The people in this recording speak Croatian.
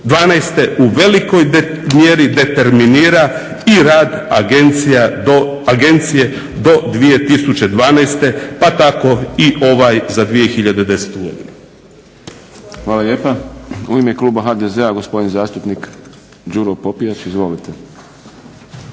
2012. u velikoj mjeri determinira i rad Agencije do 2012., pa tako i ovaj za 2010. godinu. **Šprem, Boris (SDP)** Hvala lijepa. U ime kluba HDZ-a gospodin zastupnik Đuro Popijač. Izvolite.